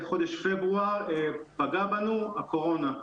בחודש פברואר פגעה בנו הקורונה.